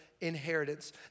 inheritance